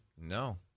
no